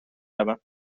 روم